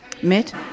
met